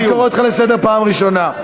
אני קורא אותך לסדר פעם ראשונה.